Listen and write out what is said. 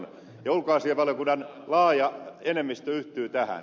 ja ulkoasiainvaliokunnan laaja enemmistö yhtyy tähän